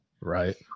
Right